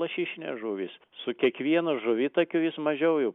lašišinės žuvys su kiekvienu žuvitakiu vis mažiau jų